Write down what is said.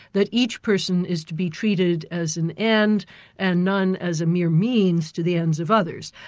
that each person is to be treated as an end and none as a mere means to the ends of others.